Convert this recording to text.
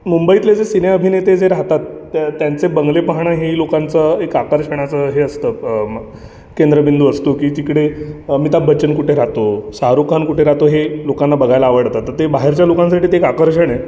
मुंबईतले जे सिने अभिनेते जे राहतात त्या त्यांचे बंगले पाहणं हेही लोकांचं एक आकर्षणाचं हे असतं अ म केंद्रबिंदू असतो की तिकडे अमिताभ बच्चन कुठे राहतो शाहरुख खान कुठे राहतो हे लोकांना बघायला आवडतं तर ते बाहेरच्या लोकांसाठी ते एक आकर्षण आहे